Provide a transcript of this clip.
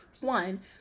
One